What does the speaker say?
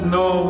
no